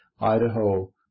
Idaho